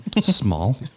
Small